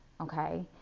okay